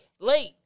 Late